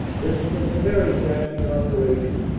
this was a very dashing operation,